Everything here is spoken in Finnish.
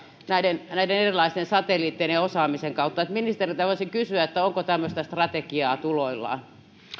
näiden näiden erilaisten satelliittien ja osaamisen kautta liittyy ministeriltä voisin kysyä onko tämmöistä strategiaa tuloillaan